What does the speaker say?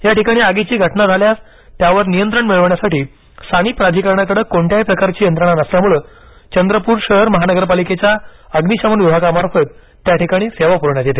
या ठिकाणी आगीची घटना झाल्यास त्यावर नियंत्रण मिळवण्यासाठी स्थानिक प्राधिकरणाकडे कोणत्याही प्रकारची यंत्रणा नसल्यामुळे चंद्रप्र शहर महानगरपालिकेच्या अग्निशमन विभागामार्फत त्या ठिकाणी सेवा पुरवण्यात येते